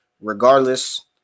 Regardless